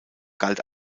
galt